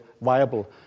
viable